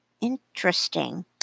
Interesting